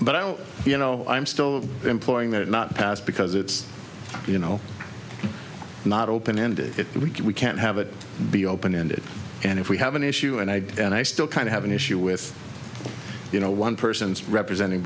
but i don't you know i'm still employing that not pass because it's you know not open ended if we can we can't have it be open ended and if we have an issue and i and i still kind of have an issue with you know one person's representing